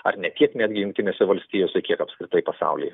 ar ne tiek netgi jungtinėse valstijose kiek apskritai pasaulyje